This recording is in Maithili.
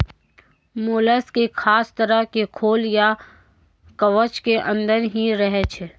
मोलस्क एक खास तरह के खोल या कवच के अंदर हीं रहै छै